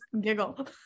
giggle